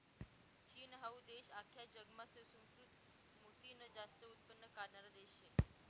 चीन हाऊ देश आख्खा जगमा सुसंस्कृत मोतीनं जास्त उत्पन्न काढणारा देश शे